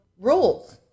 rules